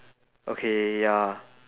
okay ya